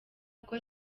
kuko